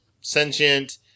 sentient